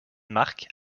marque